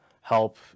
help